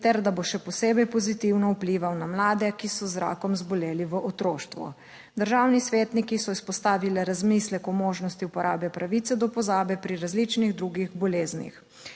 ter da bo še posebej pozitivno vplival na mlade, ki so za rakom zboleli v otroštvu. Državni svetniki so izpostavili razmislek o možnosti uporabe pravice do pozabe pri različnih drugih boleznih.